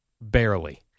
barely